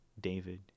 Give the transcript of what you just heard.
David